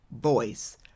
voice